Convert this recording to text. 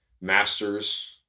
masters